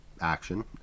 action